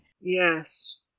Yes